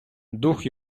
дух